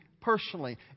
personally